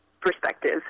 perspective